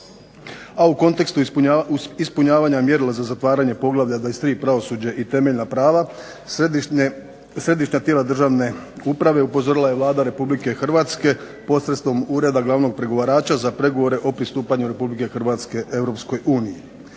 a u kontekstu ispunjavanja mjerila poglavlja 23 – Pravosuđe i temeljna prava središnja tijela državne uprave upozorila je Vlada Republike Hrvatske posredstvom Ureda glavnog pregovarača za pregovore o pristupanju RH EU. Treba reći i